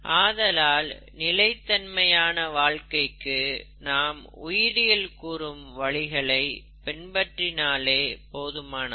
ஆதலால் நிலைத் தன்மையான வாழ்க்கைக்கு நாம் உயிரியல் கூறும் வழிகளை பின்பற்றினாலே போதுமானது